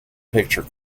picture